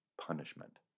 punishment